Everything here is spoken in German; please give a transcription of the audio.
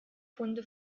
funde